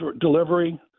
delivery